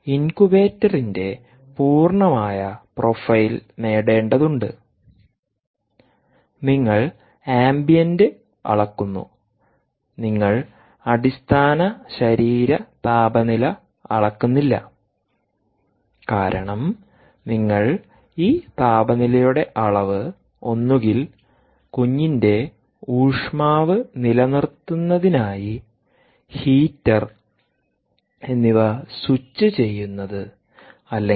ഇൻകുബേറ്ററിന്റെ പൂർണ്ണമായ പ്രൊഫൈൽ നേടേണ്ടതുണ്ട് നിങ്ങൾ ആംബിയന്റ് അളക്കുന്നു നിങ്ങൾ അടിസ്ഥാന ശരീര താപനില അളക്കുന്നില്ല കാരണം നിങ്ങൾ ഈ താപനിലയുടെ അളവ് ഒന്നുകിൽ കുഞ്ഞിന്റെ ഊഷ്മാവ് നിലനിർത്തുന്നതിനായി ഹീറ്റർ എന്നിവ സ്വിച്ച് ചെയ്യുന്നത് അല്ലെങ്കിൽ